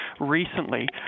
recently